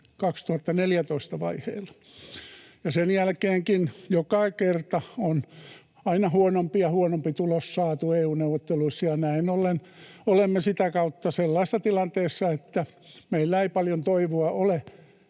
2014 vaiheilla, ja sen jälkeenkin joka kerta on aina huonompi ja huonompi tulos saatu EU-neuvotteluissa, ja näin ollen olemme sitä kautta sellaisessa tilanteessa, että meillä ei paljon toivoa ole,